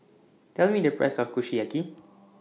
Tell Me The Price of Kushiyaki